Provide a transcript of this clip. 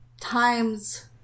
times